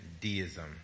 deism